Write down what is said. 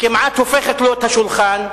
כמעט הופכת לו את השולחן,